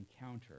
encounter